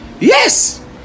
Yes